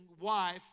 wife